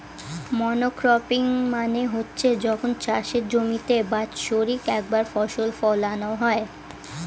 monocropping মানে হচ্ছে যখন চাষের জমিতে বাৎসরিক একবার ফসল ফোলানো হয়